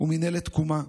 ומינהלת תקומה,